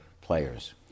players